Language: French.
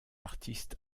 artiste